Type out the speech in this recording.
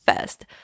first